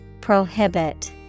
Prohibit